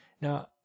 Now